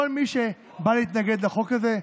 כל מי שבא להתנגד לחוק הזה,